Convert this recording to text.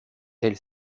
elle